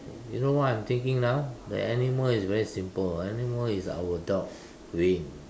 y~ you know what I'm thinking now the animal is very simple animal is our dog Wayne